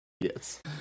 Yes